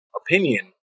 opinion